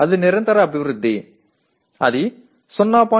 அது தொடர்ச்சியான முன்னேற்றம்